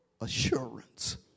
assurance